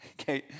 Okay